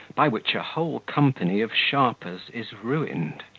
by which a whole company of sharpers is ruined.